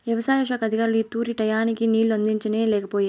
యవసాయ శాఖ అధికారులు ఈ తూరి టైయ్యానికి నీళ్ళు అందించనే లేకపాయె